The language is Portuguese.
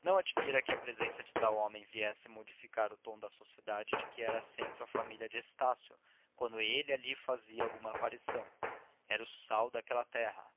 não admira que a presença de tal homem viesse modificar o tom da sociedade de que era centro a família de estácio quando ele ali fazia alguma aparição era o sol daquela terra